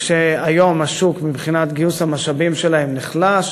כשהיום השוק מבחינת גיוס המשאבים שלהם נחלש,